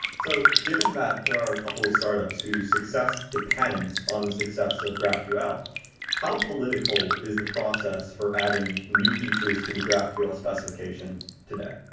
so given that there are a couple of startups whose success depends on the success of graphql, how political is process for adding new features to the graphql specification today?